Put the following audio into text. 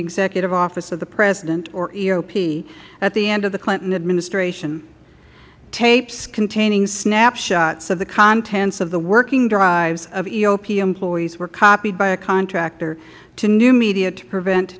the executive office of the president eop at the end of the clinton administration tapes containing snapshots of the contents of the working drives of eop employees were copied by a contractor to new media to prevent